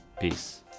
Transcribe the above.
Peace